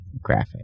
graphic